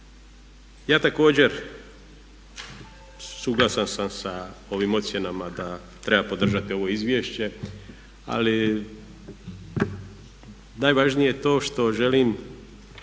Ja također suglasan sam sa ovim ocjenama da treba podržati ovo izvješće ali najvažnije je to što želim